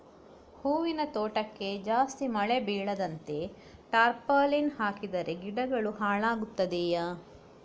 ಹೂವಿನ ತೋಟಕ್ಕೆ ಜಾಸ್ತಿ ಮಳೆ ಬೀಳದಂತೆ ಟಾರ್ಪಾಲಿನ್ ಹಾಕಿದರೆ ಗಿಡಗಳು ಹಾಳಾಗುತ್ತದೆಯಾ?